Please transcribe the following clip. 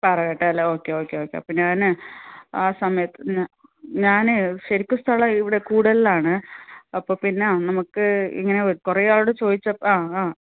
പാറകട്ടല്ലേ okay okay okay അപ്പം ഞാനേ ആ സമയത്ത് എന്നാൽ ഞാനേ ശരിക്കും സ്ഥലം ഇവിടെ കൂടെല്ലാണ് അപ്പം പിന്നെ നമുക്ക് ഇങ്ങനെ കുറേ ആളോട് ചോദിച്ചാൽ ആ ആ